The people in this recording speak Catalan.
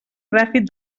gràfic